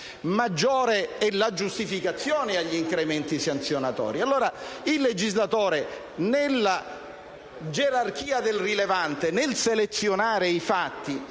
maggiore è la giustificazione agli incrementi sanzionatori. Il legislatore allora, nella gerarchia del rilevante, nel selezionare i fatti